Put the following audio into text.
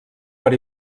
per